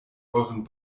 euren